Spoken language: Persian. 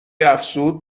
افزود